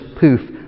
poof